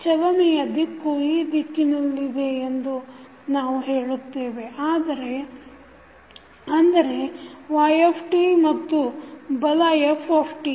ಚಲನೆಯ ದಿಕ್ಕು ಈ ದಿಕ್ಕಿನಲ್ಲಿದೆ ಎಂದು ನಾವು ಹೇಳುತ್ತೇವೆ ಅಂದರೆ y ಮತ್ತು ಬಲ f